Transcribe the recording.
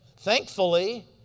Thankfully